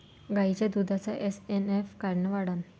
गायीच्या दुधाचा एस.एन.एफ कायनं वाढन?